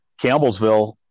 Campbellsville